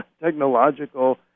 technological